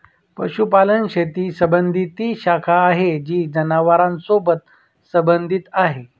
पशुपालन शेती संबंधी ती शाखा आहे जी जनावरांसोबत संबंधित आहे